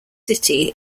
city